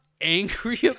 angry